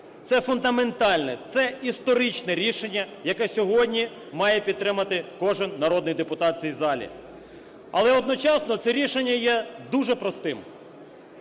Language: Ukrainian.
Це фундаментальне, це історичне рішення, яке сьогодні має підтримати кожен народний депутат в цій залі, але одночасно це рішення є дуже простим.